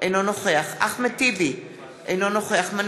רוצה לספר